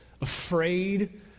afraid